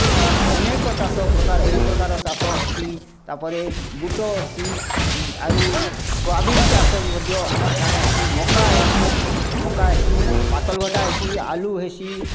ଗଲା ଅନେକ ଚାଷ ପ୍ରକାର ଏହି ପ୍ରକାର ଚାଷ ହେସି ତା'ପରେ ବୁଟ ହେସି ଆରୁ ସୋୟାବିନ୍ ଚାଷ ବି ମଧ୍ୟ ଆମର ଠାନେ ଅଛି ମକା ହେସି ମକା ହେସି ପାତଲ୍କଟା ହେସି ଆଳୁ ହେସି